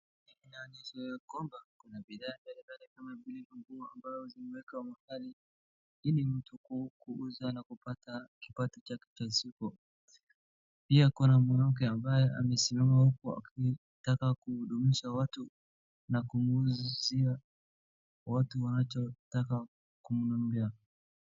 Inaonyesha ya kwamba, kuna bidhaa mbalimbali kama vile nguo ambayo zimewekwa kwa mbali ili mtu kuuza na kupata kipato chake cha siku, pia kuna mwanamke ambaye amesimama huko akitaka kuhudumisha watu na kuuzia watu wanachotaka kununua.